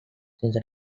since